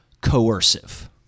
coercive